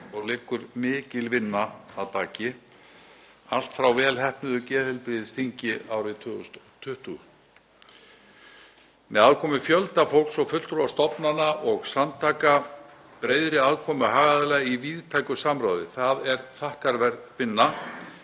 og liggur mikil vinna að baki, allt frá vel heppnuðu geðheilbrigðisþingi árið 2020, með aðkomu fjölda fólks og fulltrúa stofnana og samtaka, breiðri aðkomu hagaðila í víðtæku samráði. Það er þakkarverð vinna.